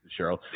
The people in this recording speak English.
Cheryl